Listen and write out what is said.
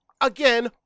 Again